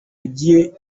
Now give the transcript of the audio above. ibyerekeye